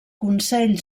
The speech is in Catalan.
consell